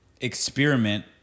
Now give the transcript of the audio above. experiment